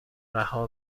رها